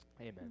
Amen